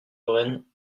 lorraine